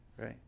right